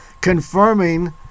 confirming